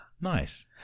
nice